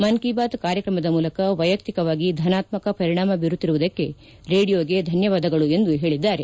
ಮನ್ ಕಿ ಬಾತ್ ಕಾರ್ಯಕ್ರಮದ ಮೂಲಕ ವ್ಯೆಯಕ್ತಿಕವಾಗಿ ಧನಾತ್ಮ ಪರಿಣಾಮ ಬೀರುತ್ತಿರುವುದಕ್ಕೆ ರೇಡಿಯೋಗೆ ಧನ್ಲವಾದಗಳು ಎಂದು ಹೇಳಿದ್ದಾರೆ